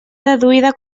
deduïda